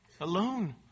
Alone